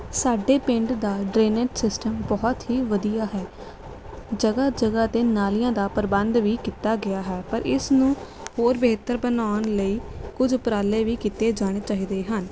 ਸਾਡੇ ਪਿੰਡ ਦਾ ਡਰੇਨੇਜ ਸਿਸਟਮ ਬਹੁਤ ਹੀ ਵਧੀਆ ਹੈ ਜਗ੍ਹਾ ਜਗ੍ਹਾ 'ਤੇ ਨਾਲ਼ੀਆਂ ਦਾ ਪ੍ਰਬੰਧ ਵੀ ਕੀਤਾ ਗਿਆ ਹੈ ਪਰ ਇਸ ਨੂੰ ਹੋਰ ਬਿਹਤਰ ਬਣਾਉਣ ਲਈ ਕੁਝ ਉਪਰਾਲੇ ਵੀ ਕੀਤੇ ਜਾਣੇ ਚਾਹੀਦੇ ਹਨ